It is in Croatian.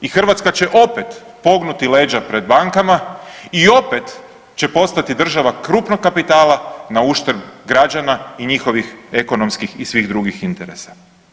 I Hrvatska će opet pognuti leđa pred bankama i opet će postati država krupnog kapitala na uštrb građana i njihovih ekonomskih i svih drugih interesa.